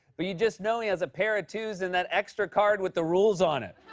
but you just know he has a pair of two s and that extra card with the rules on it.